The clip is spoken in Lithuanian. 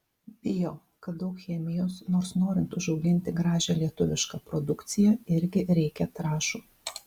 bijo kad daug chemijos nors norint užauginti gražią lietuvišką produkciją irgi reikia trąšų